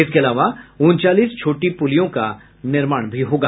इसके अलावा उनचालीस छोटी पुलियों का निर्माण भी होगा